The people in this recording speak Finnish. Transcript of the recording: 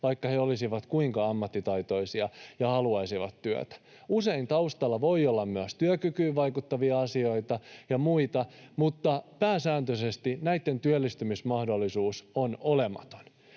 vaikka he olisivat kuinka ammattitaitoisia ja haluaisivat työtä. Usein taustalla voi olla myös työkykyyn vaikuttavia asioita ja muita, mutta pääsääntöisesti näitten työllistymismahdollisuus on olematon.